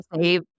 save